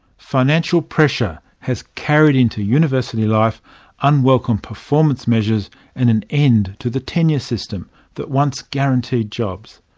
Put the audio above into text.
financial pressure has carried into university life unwelcome performance measures and an end to the tenure system that once guaranteed jobs.